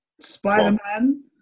Spider-Man